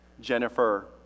jennifer